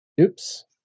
oops